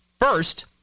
First